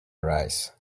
arise